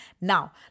Now